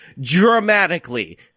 dramatically